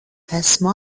esmu